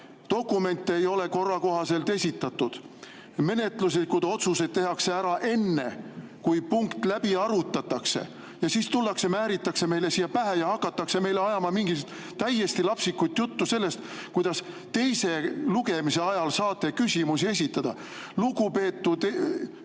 dokumente ei ole korra kohaselt esitatud, menetluslikud otsused tehakse ära enne, kui punkt läbi arutatakse. Ja siis tullakse, määritakse see meile pähe ja hakatakse ajama mingisugust täiesti lapsikut juttu sellest, kuidas teise lugemise ajal saab küsimusi esitada. Lugupeetud